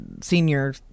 Senior